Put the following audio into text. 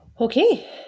Okay